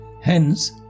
Hence